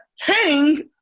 hang